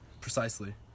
Precisely